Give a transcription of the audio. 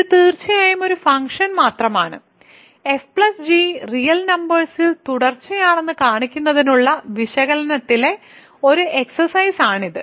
ഇത് തീർച്ചയായും ഒരു ഫംഗ്ഷൻ മാത്രമാണ് fg റിയൽ നമ്പേഴ്സിൽ തുടർച്ചയാണെന്ന് കാണിക്കുന്നതിനുള്ള വിശകലനത്തിലെ ഒരു എക്സ്സർസൈസ് ആണ് ഇത്